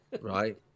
Right